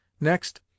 Next